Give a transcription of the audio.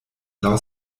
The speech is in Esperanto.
laŭ